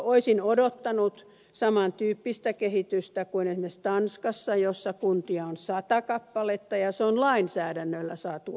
olisin odottanut saman tyyppistä kehitystä kuin esimerkiksi tanskassa missä kuntia on sata kappaletta ja se on lainsäädännöllä saatu aikaan